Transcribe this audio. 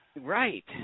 right